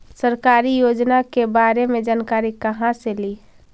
सरकारी योजना के बारे मे जानकारी कहा से ली?